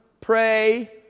pray